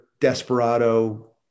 desperado